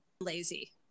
lazy